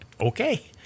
Okay